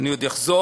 אני עוד אחזור,